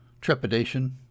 trepidation